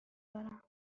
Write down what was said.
دارم